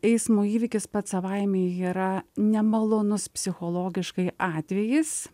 eismo įvykis pats savaime yra nemalonus psichologiškai atvejis